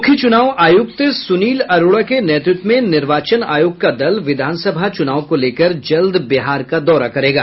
मुख्य चुनाव आयुक्त सुनील अरोड़ा के नेतृत्व में निर्वाचन आयोग का दल विधानसभा चुनाव को लेकर जल्द बिहार का दौरा करेगा